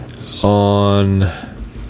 on